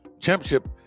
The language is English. championship